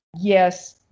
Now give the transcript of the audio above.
yes